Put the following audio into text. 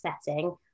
setting